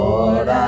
Lord